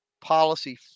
policy